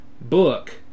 book